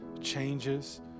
changes